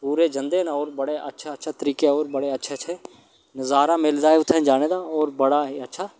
पूरे जंदे न होर बड़े अच्छे अच्छे तरीके होर बड़े अच्छे अच्छे नजारा मिलदा ऐ उ'त्थें जाने दा होर बड़ा ई अच्छा